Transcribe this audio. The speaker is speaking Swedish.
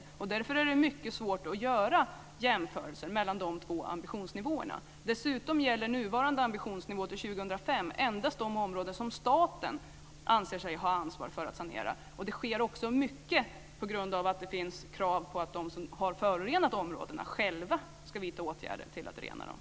Det är därför mycket svårt att göra jämförelser mellan de två ambitionsnivåerna. Dessutom gäller nuvarande ambitionsnivå fram till 2005 endast de områden som staten anser sig ha ansvar för att sanera. Det sker också mycket på grund av att det ställs krav på att de som har förorenat områdena ska vidta saneringsåtgärder själva.